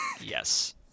Yes